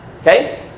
Okay